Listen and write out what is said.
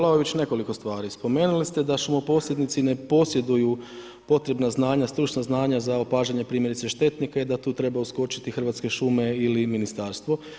Kolega Vlaović, nekoliko stvari, spomenuli ste da šumoposjednici ne posjeduju potrebna znanja, stručna znanja za opažanja primjerice štetnika i da tu treba uskočiti Hrvatske šume ili ministarstvo.